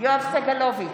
יואב סגלוביץ'